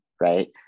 right